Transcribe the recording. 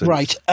Right